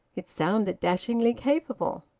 it sounded dashingly capable.